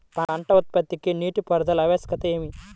పంట ఉత్పత్తికి నీటిపారుదల ఆవశ్యకత ఏమి?